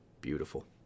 beautiful